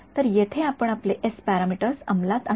तर येथे आपण आपले एस पॅरामीटर्स अंमलात आणू